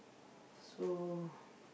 so